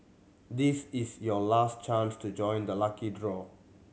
this is your last chance to join the lucky draw